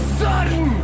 sudden